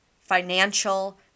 financial